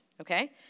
Okay